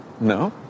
No